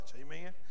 amen